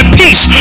peace